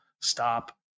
stop